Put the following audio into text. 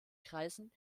kreisen